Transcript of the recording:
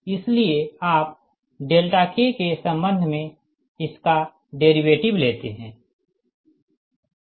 इसलिए आप kके संबंध में इसका डेरीवेटिव लेते हैं